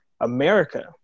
America